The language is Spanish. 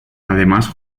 además